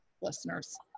listeners